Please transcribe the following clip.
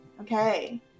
Okay